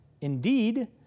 Indeed